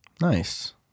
Nice